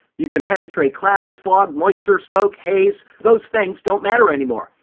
you can penetrate clouds, fog, moisture, smoke, haze. those things don't matter anymore.